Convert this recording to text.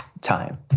time